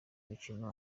mukino